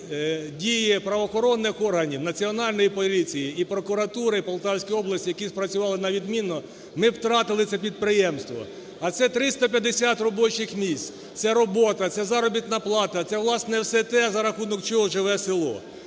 дії правоохоронних органів, Національної поліції і прокуратури Полтавської області, які спрацювали на відмінно, ми б втратили це підприємство. А це 350 робочих місць, це робота, це заробітна плата, це, власне, все те, за рахунок чого живе село.